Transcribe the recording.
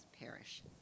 perish